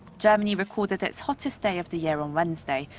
germany recorded its hottest day of the year on wednesday,